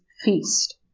feast